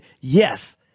Yes